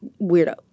weirdo